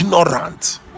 ignorant